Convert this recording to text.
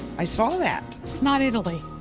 i saw that. it's not italy.